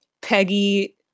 Peggy